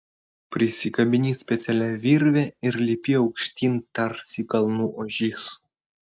prisikabini specialia virve ir lipi aukštyn tarsi kalnų ožys